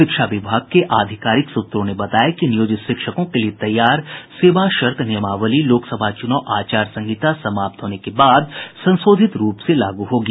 शिक्षा विभाग के आधिकारिक सूत्रों ने बताया कि नियोजित शिक्षकों के लिये तैयार सेवा शर्त नियामावली लोकसभा चुनाव आचार संहिता समाप्त होने के बाद संशोधित रूप से लागू होगी